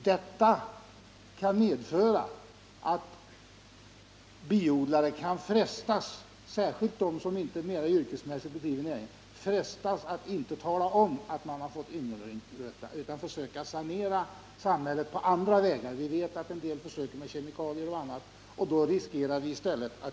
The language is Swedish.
Detta kan medföra att biodlare — särskilt de som inte mer yrkesmässigt bedriver näringen — frestas att inte tala om att de har fått yngelröta utan försöker sanera samhällena på andra vägar. Vi vet att en del biodlare försöker med kemikalier och annat.